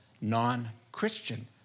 non-Christian